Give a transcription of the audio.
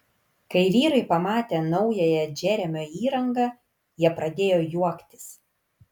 kai vyrai pamatė naująją džeremio įrangą jie pradėjo juoktis